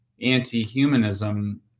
anti-humanism